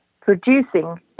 producing